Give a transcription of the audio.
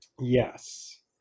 Yes